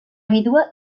vídua